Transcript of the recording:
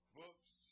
books